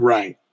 Right